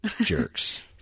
jerks